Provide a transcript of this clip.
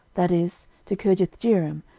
that is, to kirjathjearim,